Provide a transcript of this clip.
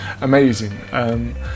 amazing